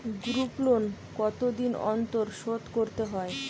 Group loan কতদিন অন্তর শোধকরতে হয়?